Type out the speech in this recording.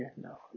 No